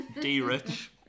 D-Rich